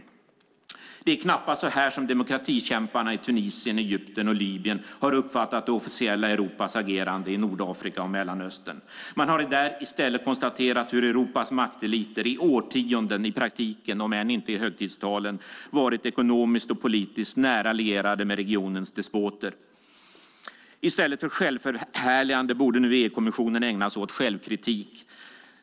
Det är knappast så här som demokratikämparna i Tunisien, Egypten och Libyen har uppfattat det officiella Europas agerande i Nordafrika och Mellanöstern. Man har där i stället konstaterat hur Europas makteliter i årtionden i praktiken - om än inte i högtidstalen - har varit ekonomiskt och politiskt nära lierade med regionens despoter. I stället för självförhärligande borde nu EU-kommissionen ägna sig åt självkritik.